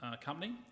company